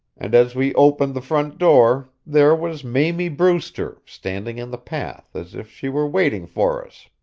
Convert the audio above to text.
and as we opened the front door there was mamie brewster standing in the path as if she were waiting for us.